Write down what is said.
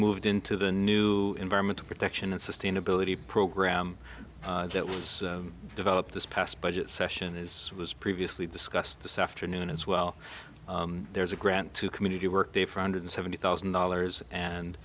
moved into the new environmental protection and sustainability program that was developed this past budget session is was previously discussed this afternoon as well there's a grant to community work day for hundred seventy thousand dollars and